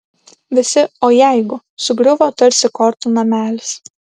visi o jeigu sugriuvo tarsi kortų namelis